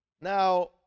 Now